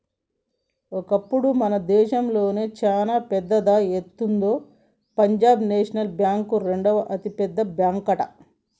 ఒకప్పుడు మన దేశంలోనే చానా పెద్దదా ఎంతుందో పంజాబ్ నేషనల్ బ్యాంక్ రెండవ అతిపెద్ద బ్యాంకట